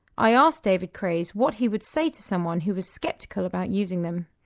i asked david craze what he would say to someone who was sceptical about using them.